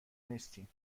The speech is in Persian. نیستین